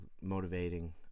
motivating